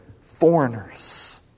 foreigners